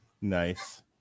Nice